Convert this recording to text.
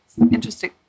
Interesting